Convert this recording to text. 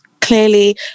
clearly